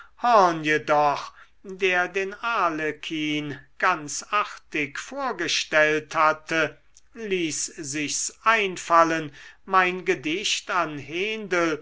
jedoch der den arlekin ganz artig vorgestellt hatte ließ sich's einfallen mein gedicht an hendel